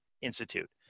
institute